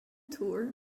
tour